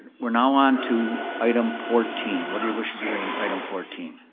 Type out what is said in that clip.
we're now onto item fourteen. what are your wishes regarding item fourteen?